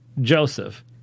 Joseph